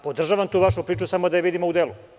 Podržavam tu vašu priču samo da je vidimo na delu.